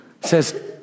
says